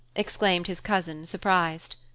exclaimed his cousin, surprised.